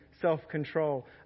self-control